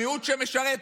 המיעוט שמשרת,